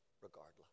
regardless